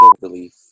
relief